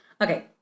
Okay